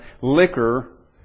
liquor